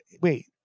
Wait